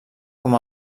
com